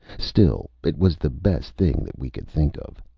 still, it was the best thing that we could think of.